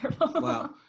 wow